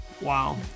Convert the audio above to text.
Wow